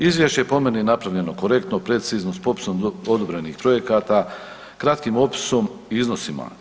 Izvješće je po meni napravljeno korektno, precizno s popisom odobrenih projekata, kratkim opisom, iznosima.